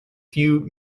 few